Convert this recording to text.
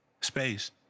Space